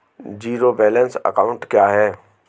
Zero balance account क्या है?